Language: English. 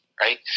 right